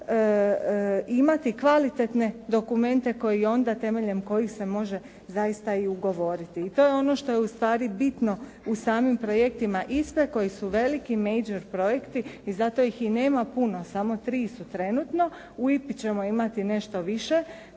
imati kvalitetne dokumente koji onda, temeljem kojih se može zaista i ugovoriti i to je ono što je ustvari bitno u samim projektima ISPA-e koji su veliki major projekti i zato ih i nema puno, samo 3 su trenutno. U IPA-i ćemo imati nešto više